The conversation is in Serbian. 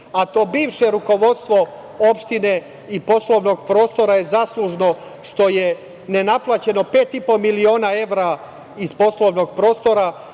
a to bivše rukovodstvo opštine i poslovnog prostora je zaslužno što je nenaplaćeno pet i po miliona evra iz poslovnog prostora,